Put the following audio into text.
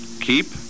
Keep